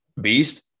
Beast